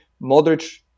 Modric